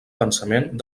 pensament